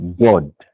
God